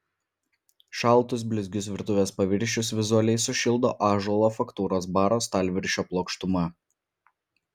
šaltus blizgius virtuvės paviršius vizualiai sušildo ąžuolo faktūros baro stalviršio plokštuma